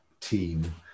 team